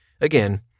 Again